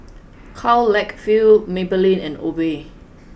Karl Lagerfeld Maybelline and Obey